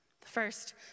First